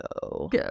Go